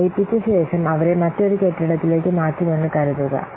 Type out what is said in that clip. ലയിപ്പിച്ച ശേഷം അവരെ മറ്റൊരു കെട്ടിടത്തിലേക്ക് മാറ്റുമെന്ന് കരുതുക